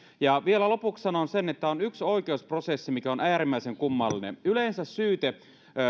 vielä lopuksi sanon sen että on yksi oikeusprosessi mikä on äärimmäisen kummallinen yleensä syyte